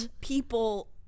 People